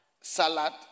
salad